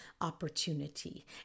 opportunity